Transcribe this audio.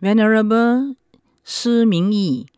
Venerable Shi Ming Yi